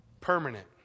permanent